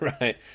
Right